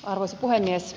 arvoisa puhemies